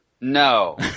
no